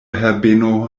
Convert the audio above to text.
herbeno